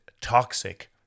toxic